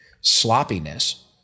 sloppiness